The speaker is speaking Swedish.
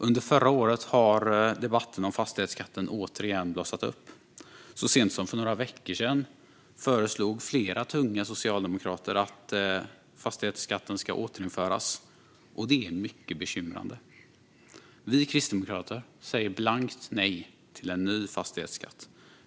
Under förra året blossade debatten om fastighetsskatten återigen upp, och så sent som för några veckor sedan föreslog flera tunga socialdemokrater att fastighetsskatten ska återinföras. Det är mycket bekymrande. Vi kristdemokrater säger blankt nej till en ny fastighetsskatt.